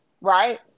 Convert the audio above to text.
right